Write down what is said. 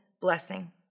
blessing